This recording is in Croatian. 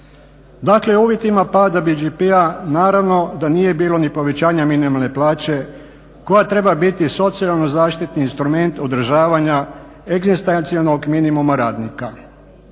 Dakle, o uvjetima pada BDP-a naravno da nije bilo ni povećanja minimalne plaće koja treba biti socijalno zaštitni instrument održavanja egzistencijonalnog minimuma radnika.